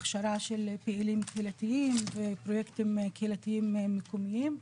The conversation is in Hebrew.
הכשרה של פעילים קהילתיים ופרויקטים קהילתיים מקומיים,